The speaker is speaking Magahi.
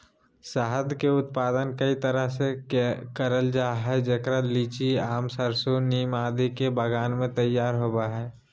शहद के उत्पादन कई तरह से करल जा हई, जेकरा लीची, आम, सरसो, नीम आदि के बगान मे तैयार होव हई